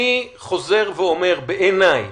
אני חוזר ואומר, בעיניי